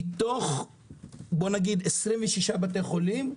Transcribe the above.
מתוך 26 בתי חולים,